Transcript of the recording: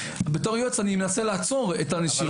בתור יועץ אני מנסה לעצור את הנשירה